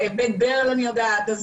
בבית ברל אני יודעת,